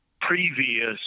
previous